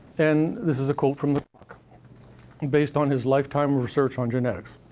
and this is a quote from the talk and based on his lifetime of research on genetics.